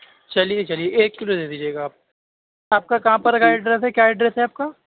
چلیے چلیے ایک کلو دے دیجیے گا آپ آپ کا کہاں پر کا ایڈریس ہے کیا ایڈریس ہے آپ کا